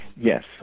Yes